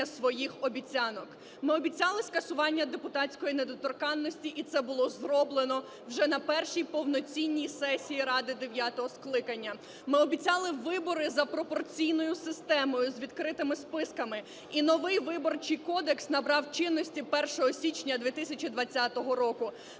своїх обіцянок. Ми обіцяли скасування депутатської недоторканності, і це було зроблено вже на першій повноцінній сесії Ради дев'ятого скликання. Ми обіцяли вибори за пропорційною системою з відкритими списками, і новий Виборчий кодекс набрав чинності 1 січня 2020 року.